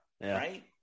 Right